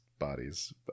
bodies